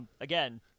again